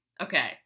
Okay